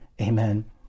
Amen